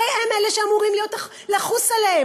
הרי הם אלה שאמורים לחוס עליהם,